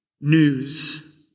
news